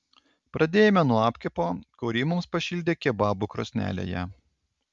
pradėjome nuo apkepo kurį mums pašildė kebabų krosnelėje